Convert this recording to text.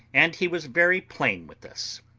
and he was very plain with us.